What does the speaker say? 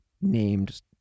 named